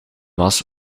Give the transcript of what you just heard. was